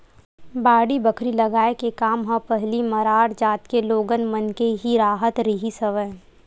बाड़ी बखरी लगाए के काम ह पहिली मरार जात के लोगन मन के ही राहत रिहिस हवय